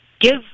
give